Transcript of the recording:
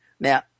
Now